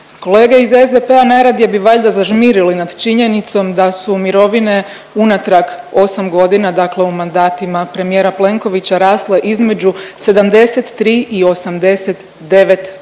Kolege iz SDP-a najradije bi valjda zažmirili nad činjenicom da su mirovine unatrag 8 godina, dakle u mandatima premijera Plenkovića rasle između 73 i 89%, a